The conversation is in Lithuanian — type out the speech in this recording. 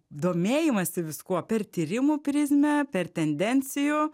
domėjimąsi viskuo per tyrimų prizmę per tendencijų